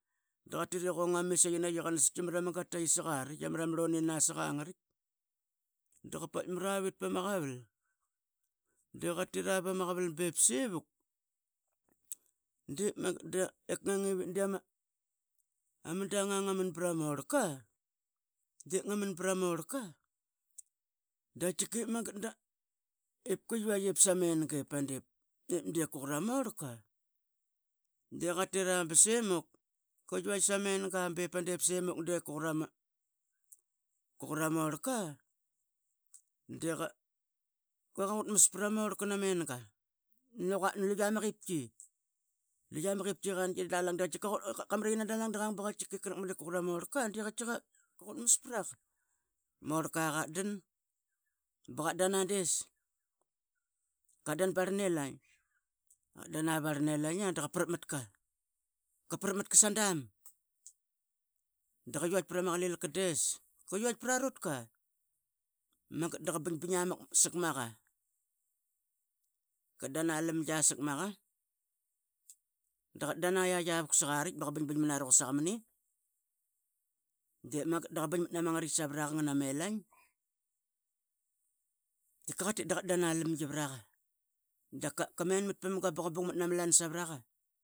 Dqongi dqatit i qanaski sqaraitk mrama gatluyi sak araith ama rlonga sqaraith dqapaitk mravit pama qaval deqatria pama qaval bepsevuk dia mandang aman glama orlka deqatkiqaip magat ipadip qaqut ama orlka namenga luqia ama qipki iqangi dalang dqatkiqa nadalang dqatkep qrakmt ip ququt ama orlka deqaitki qaqutmas praqa morlka katdan bqatdana des qatdan parlan elaing matqa sadam dqauaitka prama qaliqa des qiuatkpra nutqa dqa bing bing amaq sakmaqa qatdan, damgia sakmaqa dqadan ayiait avuk sqaritk bqa bingbing aranu mni rqusaqa dep magat dii ga bingimat nama ngaraitk savraqa dnga melaing tkiqa qatit dqadan alangi praqa qamenmat pamga bqabung mat nama lan savraqa